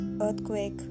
earthquake